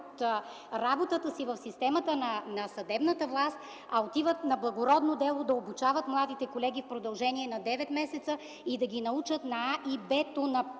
работата си в системата на съдебната власт, а отиват на благородно дело да обучават младите колеги в продължение на девет месеца, да ги научат на „А” и „Б” на